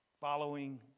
following